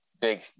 big